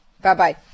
Bye-bye